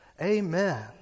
Amen